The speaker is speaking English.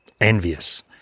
envious